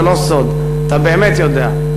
זה לא סוד, אתה באמת יודע.